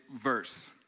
verse